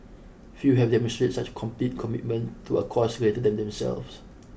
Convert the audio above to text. few have demonstrated such complete commitment to a cause greater than themselves